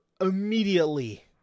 immediately